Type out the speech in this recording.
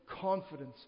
confidence